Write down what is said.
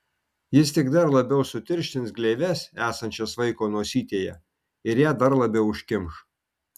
jis tik dar labiau sutirštins gleives esančias vaiko nosytėje ir ją dar labiau užkimš